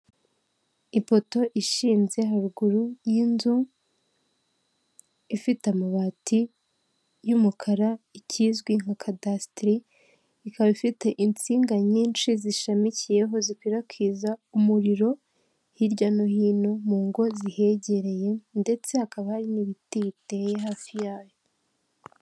Ipoto ishinze haruguru y'inzu ifite amabati y'umukara ikizwi nka kadasiteri ikaba ifite insinga nyinshi zishamikiyeho zikwirakwiza umuriro hirya no hino mu ngo zihegereye ndetse hakaba hari n'ibiti bite hafi yayo.